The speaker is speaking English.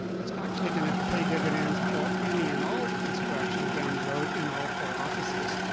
it's actually gonna pay dividends for any and all construction down the road in all four offices.